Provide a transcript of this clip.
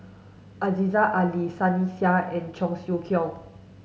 Aziza Ali Sunny Sia and Cheong Siew Keong